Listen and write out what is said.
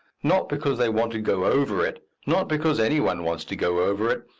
not because they want to go over it, not because any one wants to go over it,